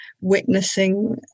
witnessing